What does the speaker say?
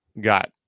got